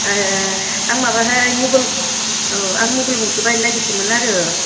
ए आं माबाहाय मबाइल औ आं मबाइल गंसे बायनो नागिरदोंमोन आरो